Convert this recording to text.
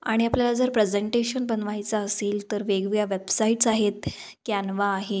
आणि आपल्याला जर प्रेजेंटेशन बनवायचं असेल तर वेगवेगळ्या वेबसाइट्स आहेत कॅन्वा आहे